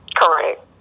Correct